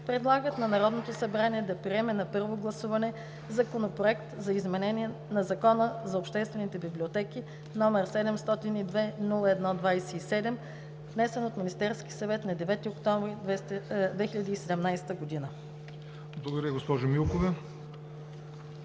предлагат на Народното събрание да приеме на първо гласуване Законопроект за изменение на Закона за обществените библиотеки, № 702-01-27, внесен от Министерския съвет на 9 октомври 2017 г.“ ПРЕДСЕДАТЕЛ ЯВОР НОТЕВ: